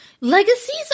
Legacies